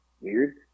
weird